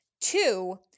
Two